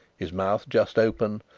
his mouth just open,